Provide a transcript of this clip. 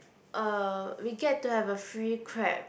uh we get to have a free crab